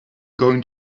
going